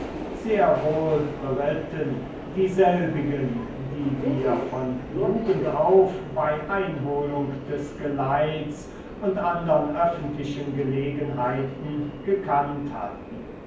sehr wohl beritten dieselbigen die wir von jugend auf bei einholung des geleits und andern öffentlichen gelegenheiten gekannt hatten